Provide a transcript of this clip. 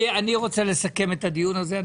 אני רוצה לסכם את הדיון הזה.